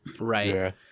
right